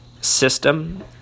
system